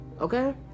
okay